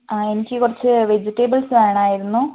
എനിക്ക് കുറച്ച് വെജിറ്റബ്ൾസ് വേണമായിരുന്നു